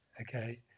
okay